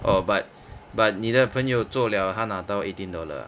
orh but but 你的朋友做 liao 他拿到 eighteen dollar ah